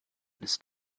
ist